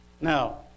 Now